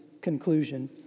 conclusion